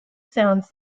sounds